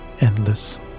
endless